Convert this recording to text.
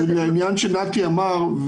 ההערה השלישית היא לעניין שנתי אמר,